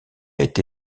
été